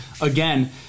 again